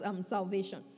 salvation